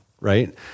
right